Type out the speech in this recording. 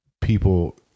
people